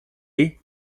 est